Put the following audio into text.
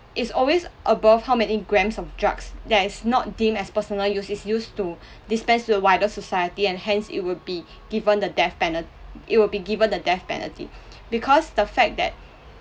is always above how many grams of drugs that is not deemed as personal use is used to dispense to the wider society and hence it would be given the death penalt~ it will be given the death penalty because the fact that